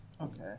Okay